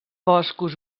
boscos